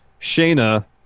Shayna